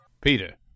Peter